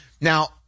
Now